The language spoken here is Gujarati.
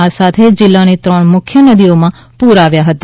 આ સાથે જિલ્લાની ત્રણ મુખ્ય નદીઓમાં પૂર આવ્યા હતા